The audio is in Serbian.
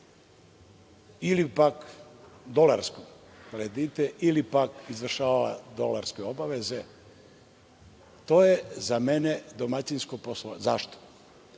ili dolarske kredite ili izvršava dolarske obaveze. To je za mene domaćinsko poslovanje. Zašto?